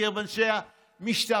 מקרב אנשי המשטרה,